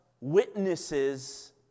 witnesses